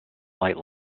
light